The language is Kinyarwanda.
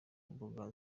mbuga